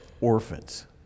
orphans